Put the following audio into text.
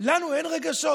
לנו אין רגשות?